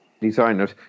Designers